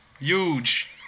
Huge